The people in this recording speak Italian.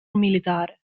militare